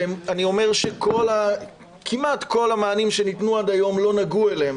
ואני אומר שכמעט כל המענים שניתנו עד היום לא נגעו אליהם,